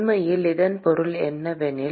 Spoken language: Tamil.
உண்மையில் இதன் பொருள் என்னவெனில்